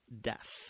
death